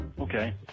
okay